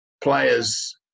players